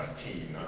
team